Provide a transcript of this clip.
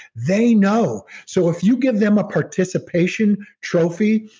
they know. so if you give them a participation trophy,